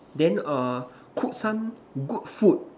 then err cook some good food